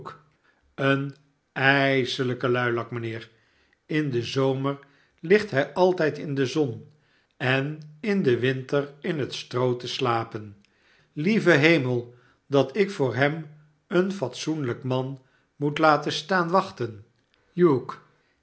een ijselijke luilak mijnheer in den zomer tigt hij altijd in de zon en in den winter in het stroo te slapen lieve hemel dat ik voor hem een fatsoenlijk man moet laten staan wachten